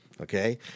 Okay